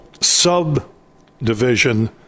subdivision